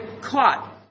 caught